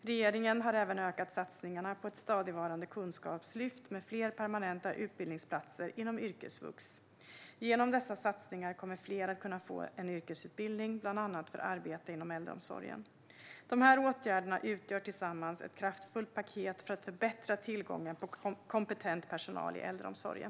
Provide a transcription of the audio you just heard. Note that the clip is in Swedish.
Regeringen har även ökat satsningarna på ett stadigvarande kunskapslyft med fler permanenta utbildningsplatser inom yrkesvux. Genom dessa satsningar kommer fler att kunna få en yrkesutbildning bland annat för arbete inom äldreomsorgen. Dessa åtgärder utgör tillsammans ett kraftfullt paket för att förbättra tillgången på kompetent personal i äldreomsorgen.